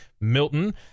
Milton